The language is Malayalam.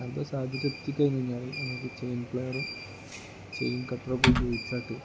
അന്ത സാഹചര്യം എത്തിക്കഴിഞ്ഞു കഴിഞ്ഞാൽ നമുക്ക് ചെയിൻ പ്ലെയറും ചെയിൻ കട്ടറൊക്കെ ഉപയോഗിച്ചിട്ട്